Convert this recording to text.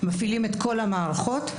מפעילים את כל המערכות.